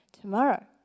tomorrow